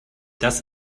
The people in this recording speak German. das